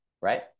right